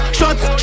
shots